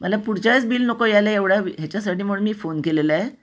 मला पुढच्यावेळेस बिल नको यायला एवढ्या ह्याच्यासाठी म्हणून मी फोन केलेलं आहे